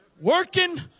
working